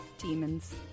Demons